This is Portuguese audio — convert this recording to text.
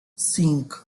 cinco